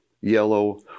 yellow